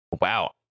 wow